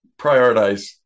prioritize